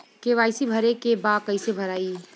KYC भरे के बा कइसे भराई?